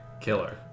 killer